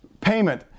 payment